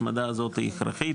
ההצמדה הזאת היא הכרחית.